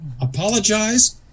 apologize